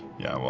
yeah,